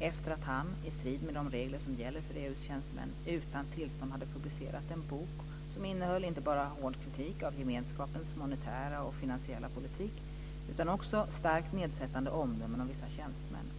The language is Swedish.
efter att han, i strid med de regler som gäller för EU:s tjänstemän, utan tillstånd hade publicerat en bok som innehöll inte bara hård kritik av gemenskapens monetära och finansiella politik utan också starkt nedsättande omdömen om vissa tjänstemän.